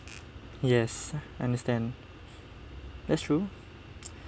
yes understand that's true